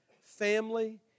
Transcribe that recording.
family